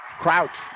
Crouch